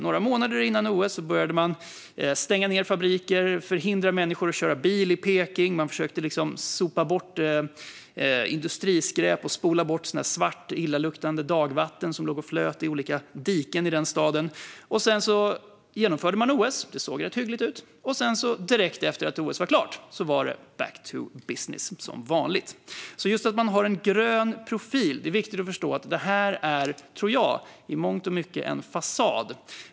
Några månader före OS började man stänga ned fabriker, förhindra människor att köra bil i Peking, försöka sopa bort industriskräp och spola bort svart, illaluktande dagvatten från dikena. Därefter genomfördes OS, och då såg det rätt hyggligt ut. Men direkt efter OS var det back to business som vanligt. Att man har en grön profil innebär alltså i mångt och mycket en fasad.